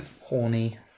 Horny